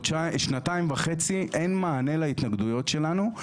שנתיים וחצי אין מענה להתנגדויות שלנו,